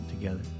together